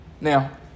now